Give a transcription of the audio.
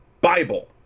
bible